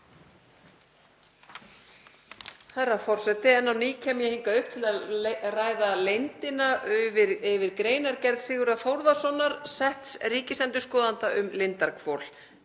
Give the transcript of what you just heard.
Herra forseti. Enn á ný kem ég hingað upp til að ræða leyndina yfir greinargerð Sigurðar Þórðarsonar, setts ríkisendurskoðanda, um Lindarhvol